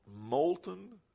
molten